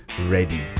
ready